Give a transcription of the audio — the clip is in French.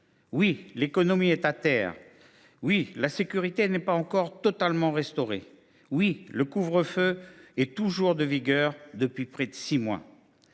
où l’économie est à terre, où la sécurité n’est pas encore totalement restaurée, où le couvre feu est toujours en vigueur depuis près de six mois